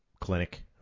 clinic